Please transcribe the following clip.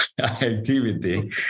activity